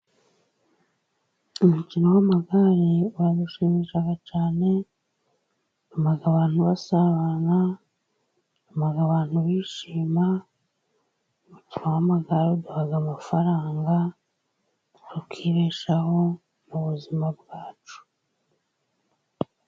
Umukino wamagare uradushimisha cyane, utuma abantu basabana, abantu bishima, umukino w'amagare uduha amafaranga tukibeshaho mu buzima bwacu.